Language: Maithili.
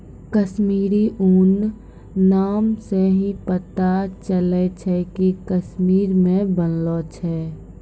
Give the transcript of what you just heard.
कश्मीरी ऊन नाम से ही पता चलै छै कि कश्मीर मे बनलो छै